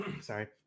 Sorry